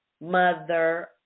Mother